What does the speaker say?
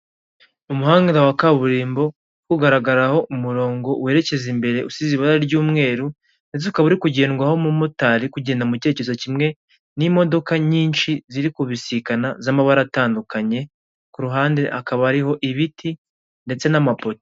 Umuhanda wa kaburimbo ugaragaraho umurongo werekeza imbere usize ibara ry'umweru ndetse ukaba uri kugendwaho umumotari uri kugenda mu cyerekezo kimwe n'imodoka nyinshi ziri kubisikana z'amabara atandukanye ku ruhande hakaba hariho ibiti ndetse n'amapoto.